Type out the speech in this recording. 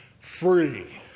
free